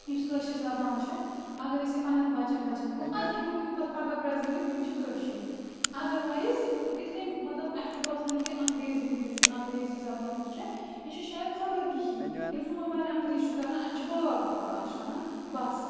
یُس کٲشٕر زبان چھےٚ اَگر أسۍ یہِ پنٛنٮ۪ن بَچَن بَچَن دِمو اَدٕ ہٮ۪کو تِم پَتہٕ پَگاہ پرٛٮ۪زنٲوِتھ یِم چھِ کٲشِر اَدَروایِز اِتھ کٔنۍ مطلب اَسہِ چھُ باسان کہِ انٛگریٖزی یُس چھُ انٛگریزی زَبان یۄس چھےٚ یہِ چھےٚ شایَد خَبَر کِہی ییٚلہِ سون بَچہٕ انٛگریٖز چھُ کَران اَسہِ چھِ باغ پھۄلان أسۍ چھِ وَنان بَس